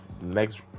next